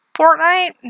fortnite